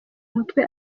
mutwe